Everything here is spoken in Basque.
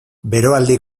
beroaldi